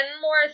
more